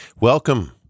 Welcome